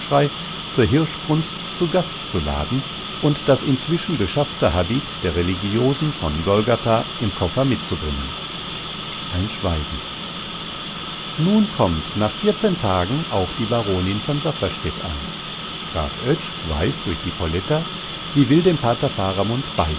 zur hirschbrunst zu gast zu laden und das inzwischen beschaffte habit der religiosen von golgatha im koffer mitzubringen ein schweigen nun kommt nach vierzehn tagen auch die baronin von safferstätt an graf oetsch weiß durch die poletta sie will dem pater